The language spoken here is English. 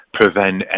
prevent